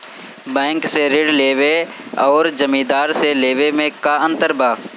Bank से ऋण लेवे अउर जमींदार से लेवे मे का अंतर बा?